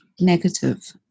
negative